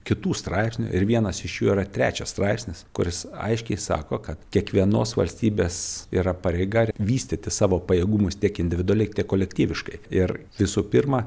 kitų straipsnių ir vienas iš jų yra trečias straipsnis kuris aiškiai sako kad kiekvienos valstybės yra pareiga vystyti savo pajėgumus tiek individualiai tiek kolektyviškai ir visų pirma